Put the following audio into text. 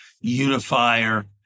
unifier